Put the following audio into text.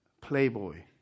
Playboy